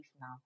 now